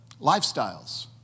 lifestyles